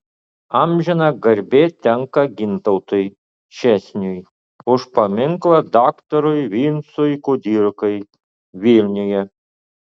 amžina garbė tenka gintautui česniui už paminklą daktarui vincui kudirkai vilniuje